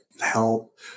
help